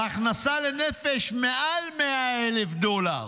ההכנסה לנפש היא מעל 100,000 דולר